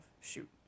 Shoot